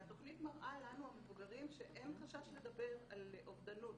התוכנית מראה לנו המבוגרים שאין חשש לדבר על אובדנות,